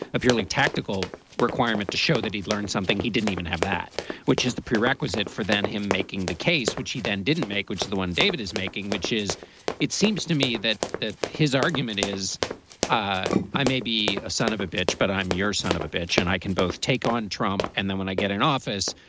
a purely tactical requirement to show that he'd learn something he didn't even have, that which is the prerequisite for then him making the case which he then didn't make, which is the one david is making, which is it seems to me that his argument is i i may be a son of a bitch, but i'm your son of a bitch, and i can both take on trump. and then when i get an office,